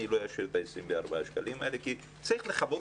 אני לא אאשר את ה-24 שקלים האלה כי צריך לכבד